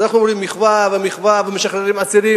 אז אנחנו אומרים מחווה ומחווה ומשחררים אסירים,